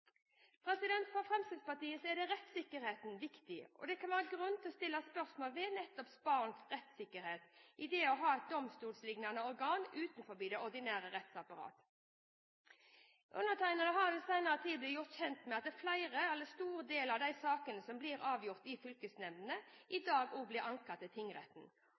ivaretatt. For Fremskrittspartiet er rettssikkerheten viktig, og det kan være grunn til å stille spørsmål ved nettopp barns rettssikkerhet i det å ha et domstolslignende organ utenfor det ordinære rettsapparatet. Jeg har i den senere tid blitt gjort kjent med at en stor del av de sakene som blir avgjort i fylkesnemndene, i dag blir anket til tingretten. I